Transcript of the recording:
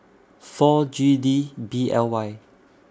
four G D B L Y